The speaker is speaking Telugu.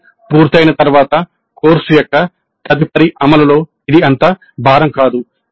ఇది పూర్తయిన తర్వాత కోర్సు యొక్క తదుపరి అమలులో ఇది అంత భారం కాదు